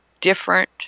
different